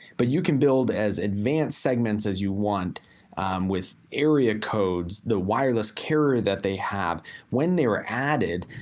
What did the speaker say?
but you can build as advance segments as you want with area codes, the wireless carrier that they have when they were added,